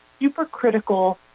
supercritical